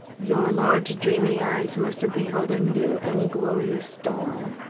your large, dreamy eyes must have beheld a new and glorious dawn.